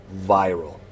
viral